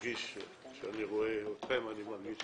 כשאני רואה אתכם אני מרגיש